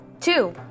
Two